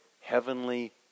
heavenly